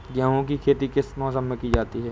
गेहूँ की खेती किस मौसम में की जाती है?